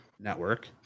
Network